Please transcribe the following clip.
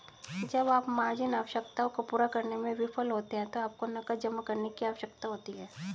जब आप मार्जिन आवश्यकताओं को पूरा करने में विफल होते हैं तो आपको नकद जमा करने की आवश्यकता होती है